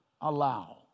allow